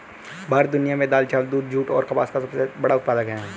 भारत दुनिया में दाल, चावल, दूध, जूट और कपास का सबसे बड़ा उत्पादक है